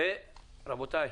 רבותיי,